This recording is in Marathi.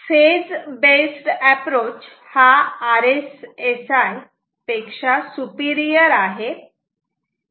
फेज बेस्ड एप्रोच हा RSSI पेक्षा सुपिरियर आहे